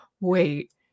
wait